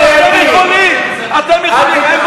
לא דיברתי על כסף.